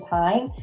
time